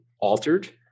altered